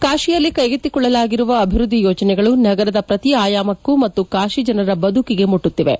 ಕಾಶಿಯಲ್ಲಿ ಕೈಗೆತ್ತಿಕೊಳ್ಳಲಾಗಿರುವ ಅಭಿವೃದ್ದಿ ಯೋಜನೆಗಳು ನಗರದ ಪ್ರತಿ ಆಯಾಮಕ್ಕೂ ಮತ್ತು ಕಾಶಿ ಜನರ ಬದುಕಿಗೆ ಮುಟ್ಟುತ್ತಿವೆ